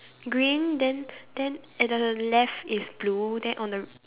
green then then at the left is blue then on the